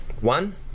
One